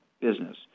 business